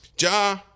Ja